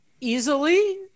easily